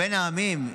ובין העמים,